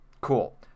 cool